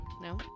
no